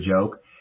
joke